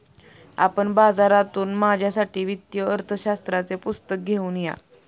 आपण बाजारातून माझ्यासाठी वित्तीय अर्थशास्त्राचे पुस्तक घेऊन या